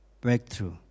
breakthrough